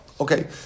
Okay